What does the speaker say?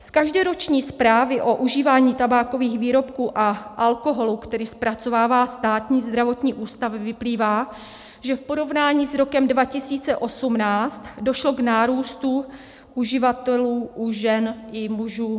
Z každoroční zprávy o užívání tabákových výrobků a alkoholu, kterou zpracovává Státní zdravotní ústav, vyplývá, že v porovnání s rokem 2018 došlo k nárůstu uživatelů u žen i u mužů.